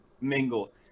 mingle